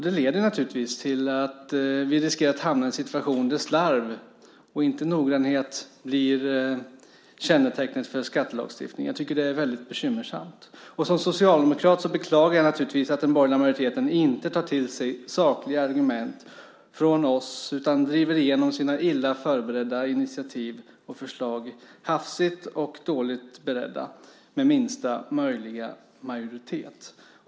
Det leder naturligtvis till att vi riskerar att hamna i en situation där slarv och inte noggrannhet blir kännetecknet för skattelagstiftningen. Jag tycker att det är väldigt bekymmersamt. Som socialdemokrat beklagar jag naturligtvis att den borgerliga majoriteten inte tar till sig sakliga argument från oss utan driver igenom sina illa förberedda initiativ och förslag, hafsigt och dåligt beredda, med minsta möjliga majoritet.